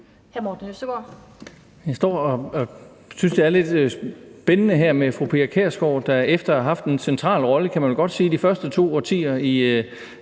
og synes, det er lidt spændende her med fru Pia Kjærsgaard, der efter at have haft en central rolle, kan man vel godt sige, de første to årtier i